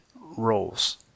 roles